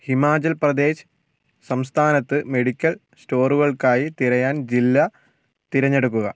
ഹിമാചൽ പ്രദേശ് സംസ്ഥാനത്ത് മെഡിക്കൽ സ്റ്റോറുകൾക്കായി തിരയാൻ ജില്ല തിരഞ്ഞെടുക്കുക